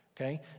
Okay